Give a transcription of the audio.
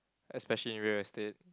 especially in real estate